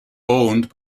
owned